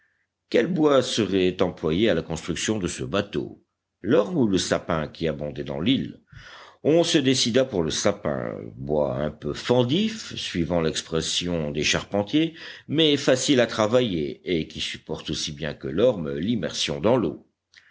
quel bois serait employé à la construction de ce bateau l'orme ou le sapin qui abondaient dans l'île on se décida pour le sapin bois un peu fendif suivant l'expression des charpentiers mais facile à travailler et qui supporte aussi bien que l'orme l'immersion dans l'eau